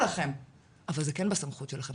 שלכם אבל זה כן בסמכות שלכם.